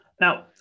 Now